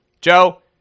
Joe